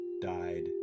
died